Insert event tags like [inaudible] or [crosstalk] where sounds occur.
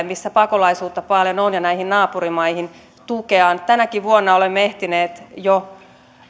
[unintelligible] missä pakolaisuutta paljon on ja näihin naapurimaihin tänäkin vuonna olemme jo ehtineet